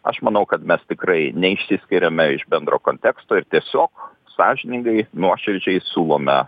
aš manau kad mes tikrai neišsiskiriame iš bendro konteksto ir tiesiog sąžiningai nuoširdžiai siūlome